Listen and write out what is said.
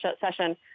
session